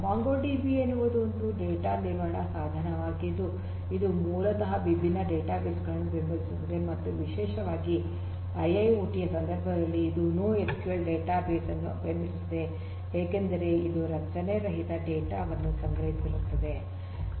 MongoDB ಎನ್ನುವುದು data ನಿರ್ವಹಣಾ ಸಾಧನವಾಗಿದ್ದು ಇದು ಮೂಲತಃ ವಿಭಿನ್ನ ಡೇಟಾಬೇಸ್ ಗಳನ್ನು ಬೆಂಬಲಿಸುತ್ತದೆ ಮತ್ತು ವಿಶೇಷವಾಗಿ ಐಐಒಟಿ ಯ ಸಂದರ್ಭದಲ್ಲಿ ಇದು ನೋಎಸ್ಕ್ಯೂಎಲ್ ಡೇಟಾಬೇಸ್ ಅನ್ನು ಬೆಂಬಲಿಸುತ್ತದೆ ಏಕೆಂದರೆ ಇದು ರಚನೆರಹಿತ ಡೇಟಾ ವನ್ನು ಸಂಗ್ರಹಿಸಿರುತ್ತದೆ